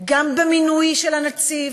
גם במינוי של הנציב,